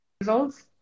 results